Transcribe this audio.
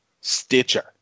Stitcher